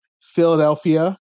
Philadelphia